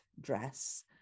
dress